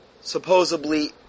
supposedly